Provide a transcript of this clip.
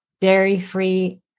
dairy-free